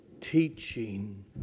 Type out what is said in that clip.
teaching